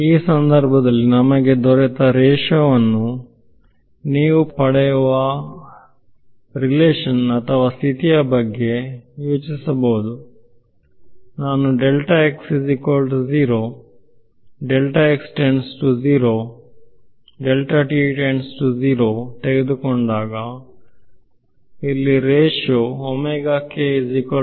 ಈ ಸಂದರ್ಭದಲ್ಲಿ ನಮಗೆ ದೊರೆತ ರೇಶಿಯೋ ವನ್ನು ನೀವು ಪಡೆಯುವ ಸಂಬಂಧ ಅಥವಾ ಸ್ಥಿತಿಯ ಬಗ್ಗೆ ನೀವು ಯೋಚಿಸಬಹುದೇ ನಾನು ತೆಗೆದುಕೊಂಡಾಗ ಇಲ್ಲಿ ಅನುಪಾತವನ್ನು ಪಡೆದುಕೊಂಡಿದ್ದೇವೆ